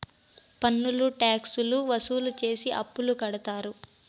పన్నులు ట్యాక్స్ లు వసూలు చేసి అప్పులు కడతారు